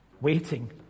waiting